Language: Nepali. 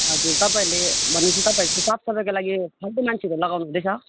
हजुर तपाईँहरूले भनेपछि तपाईँहरू त्यो साफसफाइको लागि फाल्टो मान्छेहरू लगाउनु हुँदैछ